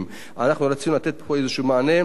אנחנו רצינו לתת פה איזשהו מענה ולעודד.